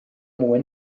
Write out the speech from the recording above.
mwy